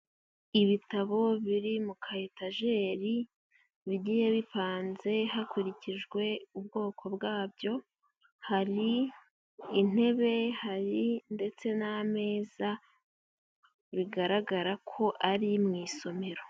Ibitabo biri mu ka etajeri bigiye bipanze hakurikijwe ubwoko bwabyo, hari intebe hari ndetse n'ameza bigaragara ko ari mu isomero.